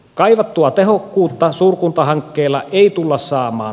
kaivattua tehokkuutta suurkuntahankkeella ei tulla saamaan